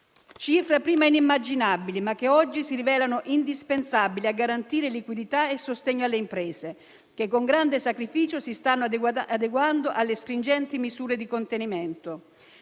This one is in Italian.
Cifre prima inimmaginabili, ma che oggi si rivelano indispensabili a garantire liquidità e sostegno alle imprese che, con grande sacrificio, si stanno adeguando alle stringenti misure di contenimento.